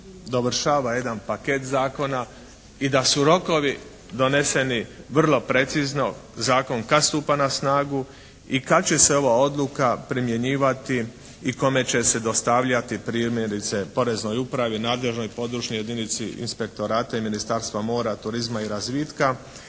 dovršava jedan paket zakona i da su rokovi doneseni vrlo precizno zakon kad stupa na snagu i kad će se ova odluka primjenjivati i kome će se dostavljati primjerice poreznoj upravi, nadležnoj područnoj jedinici inspektorata i Ministarstva mora, turizma i razvitka.